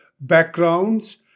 backgrounds